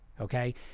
Okay